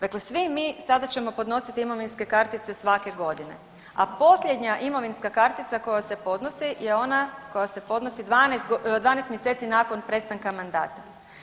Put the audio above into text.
Dakle, mi sada ćemo podnositi imovinske kartice svake godine, a posljednja imovinska kartica koja se podnosi je ona koja se podnosi 12 mjeseci nakon prestanka mandata.